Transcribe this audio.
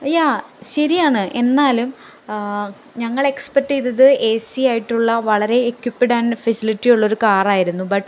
യാ ശരിയാണ് എന്നാലും ഞങ്ങൾ എക്സ്പെക്ട് ചെയ്തത് ഏസി ആയിട്ടുള്ള വളരെ ഇക്യുപ്പിഡ് ആൻഡ് ഫെസിലിറ്റി ഉള്ള ഒരു കാറായിരുന്നു ബട്ട്